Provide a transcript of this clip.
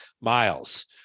miles